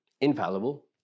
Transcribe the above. infallible